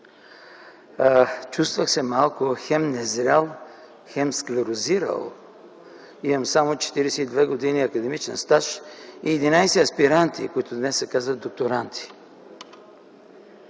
Чувствах се малко хем незрял, хем склерозирал. Имам само 42 години академичен стаж и 11 аспиранти, които днес се казват докторанти.